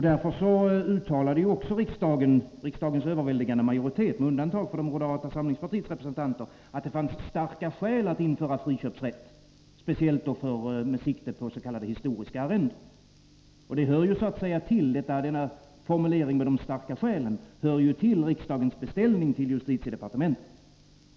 Därför uttalade också riksdagens överväldigande majoritet — med undantag för moderata samlingspartiets representanter — att det fanns starka skäl att införa en friköpsrätt, speciellt med sikte på s.k. historiska arrenden. Denna formulering om de starka skälen hör också till riksdagens beställning till justitiedepartementet.